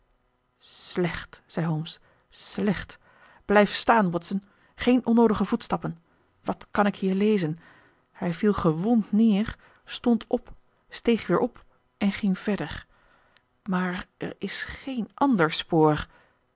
slecht zei holmes slecht blijf staan watson geen onnoodige voetstappen wat kan ik hier lezen hij viel gewond neer stond op steeg weer op en ging verder maar er is geen ander spoor